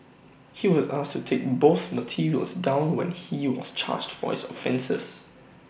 he was asked to take both materials down when he was charged for his offences